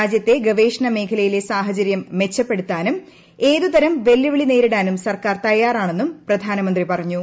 രാജ്യത്തെ ഗവേഷണ മേഖലയിലെ സാഹചര്യം മെച്ചപ്പെടുത്താനും ഏതുതരം വെല്ലുവിളി നേരിടാനും സർക്കാർ തയ്യാറാണെന്നും പ്രധാനമന്ത്രി പറഞ്ഞു